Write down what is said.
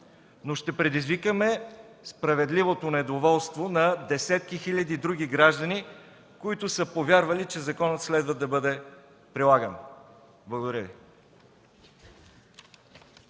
но ще предизвикаме справедливото недоволство на десетки хиляди други граждани, които са повярвали, че законът следва да бъде прилаган. Благодаря.